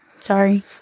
Sorry